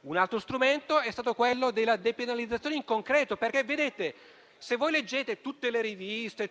Un altro strumento è stata la depenalizzazione in concreto, perché se si leggono in tutte le riviste